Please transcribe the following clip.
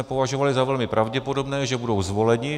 Považovali jsme za velmi pravděpodobné, že budou zvoleni.